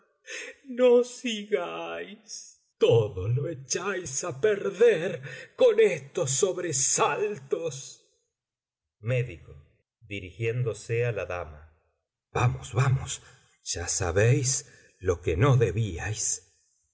no sigáis todo lo echáis á perder con estos sobresaltos méd dirigiéndose á la dama vamos vamos ya sabéis lo que no debíais